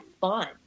fun